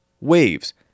Waves